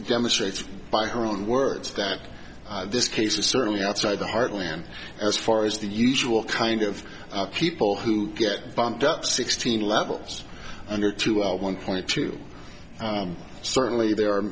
demonstrates by her own words that this case is certainly outside the heartland as far as the usual kind of people who get bumped up sixteen levels under two out one point two certainly there